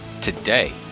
today